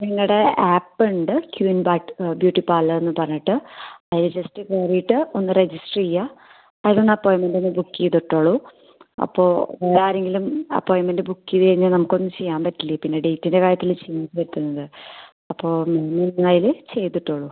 ഞങ്ങളുടെ ആപ്പ് ഉണ്ട് queen bat beauty parlour എന്ന് പറഞ്ഞിട്ട് അതില് ജസ്റ്റ് കയറിയിട്ട് ഒന്ന് രജിസ്റ്റർ ചെയ്യുക അതിലൊന്ന് അപ്പോയിൻമെൻറ് ഒന്ന് ബുക്ക് ചെയ്തിട്ടോളൂ അപ്പോൾ വേറെ ആരെങ്കിലും അപ്പോയിൻമെൻറ് ബുക്ക് ചെയ്ത് കഴിഞ്ഞാൽ നമുക്കൊന്നും ചെയ്യാൻ പറ്റില്ല പിന്നെ ഡേറ്റിൻ്റെ കാര്യത്തിൽ ചേഞ്ച് വരുത്തുന്നത് അപ്പോൾ നിങ്ങൾ അതിൽ ചെയ്തിട്ടോളൂ